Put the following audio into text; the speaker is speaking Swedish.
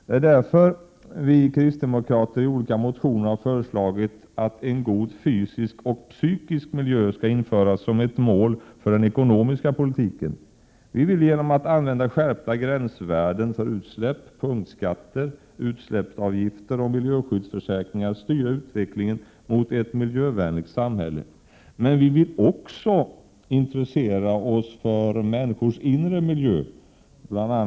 Det är därför vi kristdemokrater i olika motioner har föreslagit att en god fysisk och psykisk miljö skall införas som ett mål för den ekonomiska politiken. Vi vill genom att använda skärpta gränsvärden för utsläpp, punktskatter, utsläppsavgifter och miljöskyddsförsäkringar styra utvecklingen mot ett miljövänligt samhälle, men vi vill också intressera oss för människors inre miljö. Bl.